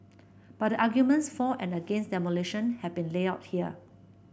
but the arguments for and against demolition have been laid out here